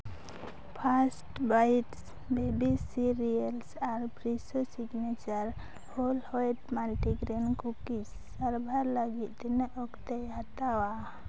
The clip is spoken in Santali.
ᱯᱷᱟᱥᱴ ᱵᱟᱭᱤᱴᱥ ᱵᱮᱵᱤ ᱥᱮᱨᱤᱭᱟᱞᱥ ᱟᱨ Farex signature whole wheat multigrain cookies ᱥᱟᱨᱵᱷᱟᱨ ᱞᱟᱹᱜᱤᱫ ᱛᱤᱱᱟᱹᱜ ᱚᱠᱛᱮᱭ ᱦᱟᱛᱟᱣᱟ